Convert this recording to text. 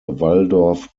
waldorf